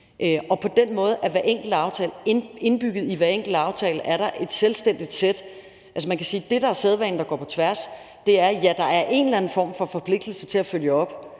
På den måde er der i hver enkelt aftale indbygget et selvstændigt sæt regler. Man kan sige, at det, der er sædvanen, der går på tværs, er, at der er en eller anden form for forpligtelse til at følge op.